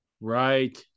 Right